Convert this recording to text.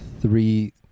three